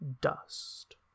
dust